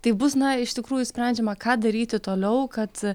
tai bus na iš tikrųjų sprendžiama ką daryti toliau kad